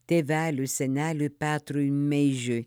tėveliui seneliui petrui meižiui